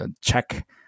check